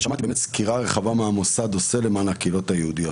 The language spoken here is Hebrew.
שמעתי סקירה רחבה מה המוסד עושה למען הקהילות היהודיות.